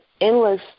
endless